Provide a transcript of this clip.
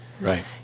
Right